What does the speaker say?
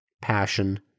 passion